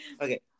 Okay